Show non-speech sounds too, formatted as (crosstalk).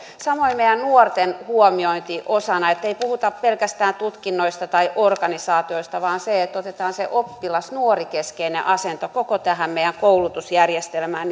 samoin meidän nuortemme huomiointi on sitä ettei puhuta pelkästään tutkinnoista tai organisaatioista vaan sekin että otetaan se oppilas ja nuorikeskeinen asento koko tähän meidän koulutusjärjestelmään (unintelligible)